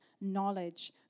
knowledge